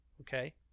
Okay